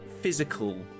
physical